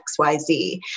XYZ